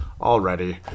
already